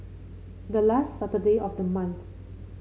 the last Saturday of the month